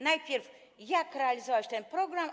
Najpierw: jak realizować ten program?